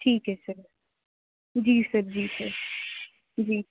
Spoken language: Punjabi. ਠੀਕ ਹੈ ਸਰ ਜੀ ਸਰ ਜੀ ਸਰ ਜੀ